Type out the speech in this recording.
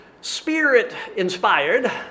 spirit-inspired